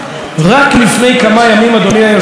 רק לפני כמה ימים, אדוני היושב-ראש,